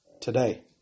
today